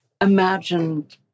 imagined